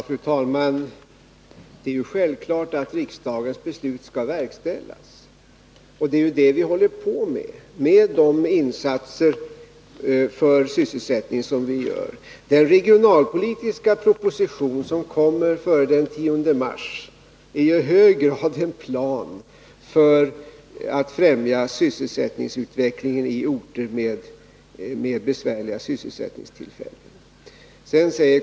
Fru talman! Det är självklart att riksdagens beslut skall verkställas. Det är det vi håller på med, genom de insatser för sysselsättningen som vi gör. Den regionalpolitiska proposition som kommer före den 10 mars är i hög grad en plan för att främja sysselsättningsutvecklingen i orter med besvärlig sysselsättningssituation.